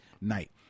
night